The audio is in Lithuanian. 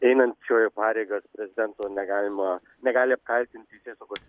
einančiojo pareigas prezidento negalima negali apkaltinti teisėsaugos